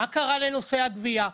מה קרה לנושא הגבייה?